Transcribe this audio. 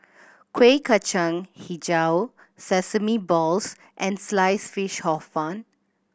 Kuih Kacang Hijau sesame balls and slice fish Hor Fun